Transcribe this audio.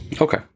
Okay